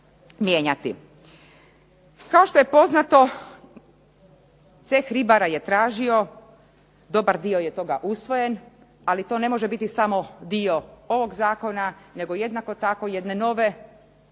Kao što je poznato Ceh ribara je tražio, dobar dio toga je usvojen, ali to ne može biti samo dio ovog zakona, nego jednako tako jedne nove i